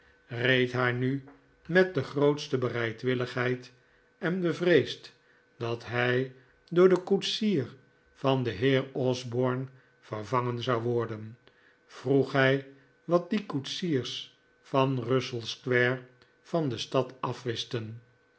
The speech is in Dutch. reed haar nu met de grootste bereidwilligheid en bevreesd dat hij door den koetsier van den jieer osborne vervangen zou worden vroeg hij wat die koetsiers van russell square van de stad afwisten